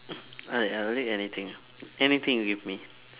I uh will eat anything ah anything you give me